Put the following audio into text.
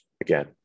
again